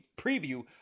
preview